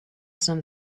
some